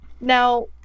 Now